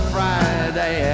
Friday